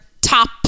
top